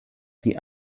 die